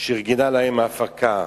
שארגנה להם ההפקה.